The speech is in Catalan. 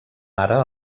ara